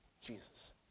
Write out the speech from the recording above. Jesus